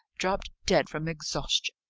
dropped dead from exhaustion.